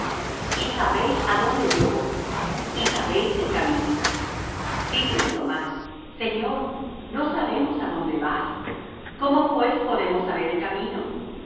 y sabéis á dónde yo voy y sabéis el camino dícele tomás señor no sabemos á dónde vas cómo pues podemos saber el camino